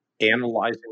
analyzing